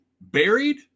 buried